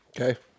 Okay